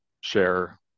share